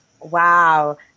Wow